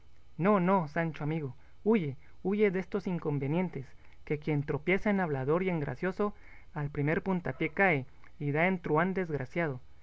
no no sancho amigo huye huye destos inconvinientes que quien tropieza en hablador y en gracioso al primer puntapié cae y da en truhán desgraciado